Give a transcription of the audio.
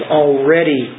already